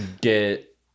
get